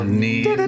need